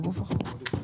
בגוף החוק.